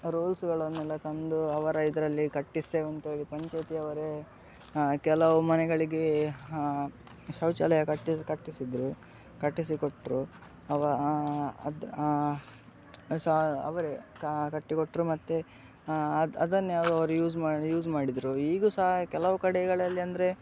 ರೂಲ್ಸುಗಳನ್ನೆಲ್ಲ ತಂದು ಅವರ ಇದರಲ್ಲಿ ಕಟ್ಟಿಸಿ ಅಂಥೇಳಿ ಪಂಚಾಯತಿಯವರೇ ಕೆಲವು ಮನೆಗಳಿಗೆ ಶೌಚಾಲಯ ಕಟ್ಟಿಸಿ ಕಟ್ಟಿಸಿದ್ದರು ಕಟ್ಟಿಸಿಕೊಟ್ಟರು ಅವ ಅದು ಅದು ಸಹಾ ಅವರೇ ಕಟ್ಟಿಕೊಟ್ಟರು ಮತ್ತೆ ಅದು ಅದನ್ನೇ ಅವರು ಯೂಸ್ ಮಾಡಿ ಯೂಸ್ ಮಾಡಿದರು ಈಗಲೂ ಸಹಾ ಕೆಲವು ಕಡೆಗಳಲ್ಲಿ ಅಂದರೆ